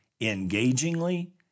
engagingly